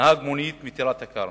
נהג מונית מטירת-כרמל,